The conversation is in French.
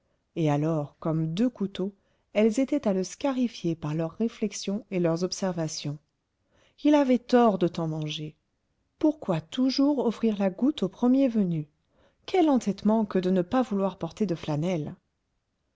et alors comme deux couteaux elles étaient à le scarifier par leurs réflexions et leurs observations il avait tort de tant manger pourquoi toujours offrir la goutte au premier venu quel entêtement que de ne pas vouloir porter de flanelle